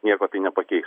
nieko tai nepakeis